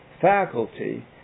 faculty